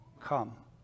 come